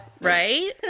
Right